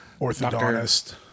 Orthodontist